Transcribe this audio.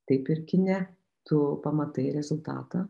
taip ir kine tu pamatai rezultatą